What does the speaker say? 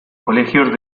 colegios